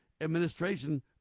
administration